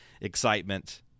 excitement